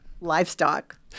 livestock